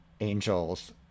Angels